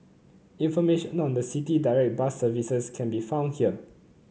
information on the City Direct bus services can be found here